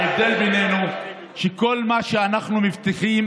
ההבדל בינינו הוא שכל מה שאנחנו מבטיחים,